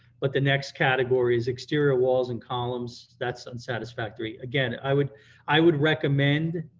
but the next category is exterior walls and columns, that's unsatisfactory. again, i would i would recommend,